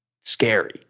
scary